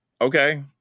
Okay